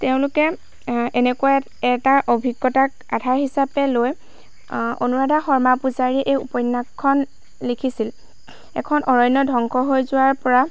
তেওঁলোকে এনেকুৱা এটা অভিজ্ঞতাক আধাৰ হিচাপে লৈ অনুৰাধা শৰ্মা পূজাৰীয়ে এই উপন্যাসখন লিখিছিল এখন অৰণ্য ধ্বংস হৈ যোৱাৰ পৰা